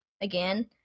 again